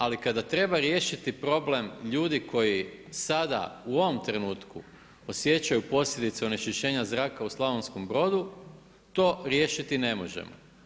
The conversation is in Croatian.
Ali kada treba riješiti problem ljudi koji sada u ovome trenutku osjećaju posljedice onečišćenja zraka u Slavonskom Brodu, to riješiti ne možemo.